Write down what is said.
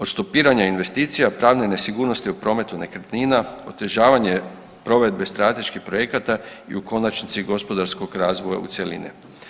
Od stopiranja investicija, pravne nesigurnosti u prometu nekretnina, otežavanje provedbe strateških projekata i u konačnici gospodarskog razvoja u cjelini.